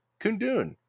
Kundun